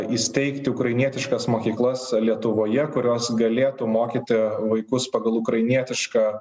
įsteigti ukrainietiškas mokyklas lietuvoje kurios galėtų mokyti vaikus pagal ukrainietišką